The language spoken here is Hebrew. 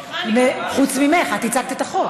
סליחה, אני, חוץ ממך, את הצגת את החוק.